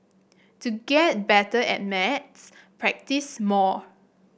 to get better at maths practise more